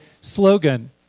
slogan